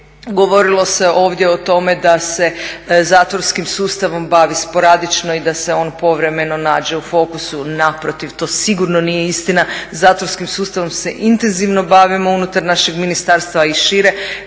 Govorilo se ovdje o tome da se zatvorskim sustavom bavi sporadično i da se on povremeno nađe u fokusu, naprotiv to sigurno nije istina. Zatvorskim sustavom se intenzivno bavimo unutar našeg ministarstva i šire.